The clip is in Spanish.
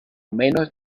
manos